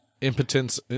impotence